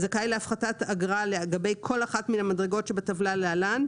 זכאי להפחתת אגרה לגבי כל אחת מן המדרגות שבטבלה להלן,